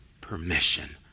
permission